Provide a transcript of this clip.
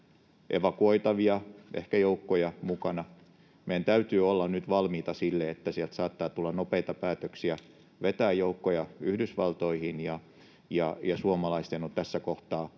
evakuoitavia joukkoja mukana. Meidän täytyy olla nyt valmiita sille, että sieltä saattaa tulla nopeita päätöksiä vetää joukkoja Yhdysvaltoihin, ja suomalaisten on tässä kohtaa